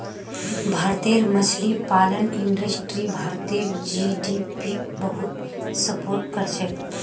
भारतेर मछली पालन इंडस्ट्री भारतेर जीडीपीक बहुत सपोर्ट करछेक